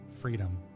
freedom